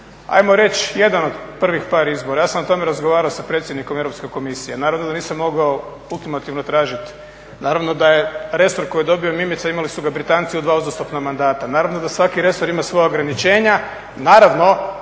ajmo reći jedan od prvih par izbora. Ja sam o tome razgovarao sa predsjednikom Europske komisije, naravno da nisam mogao ultimativno tražiti, naravno da je resor koji je dobio Mimica imali su ga Britanci u dva uzastopna mandata, naravno da svaki resor ima svoja ograničenja, naravno